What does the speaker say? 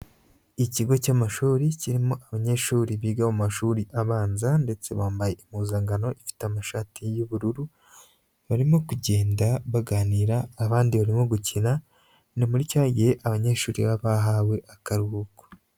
Ikigo cy'amashuri kirimo abanyeshuri biga mu mashuri abanza ndetse bambaye impuzankano ifite amashati y'ubururu, barimo kugenda baganira abandi barimo gukina, ni muri cya gihe abanyeshuri baba bahawe akaruhuko.